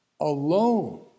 alone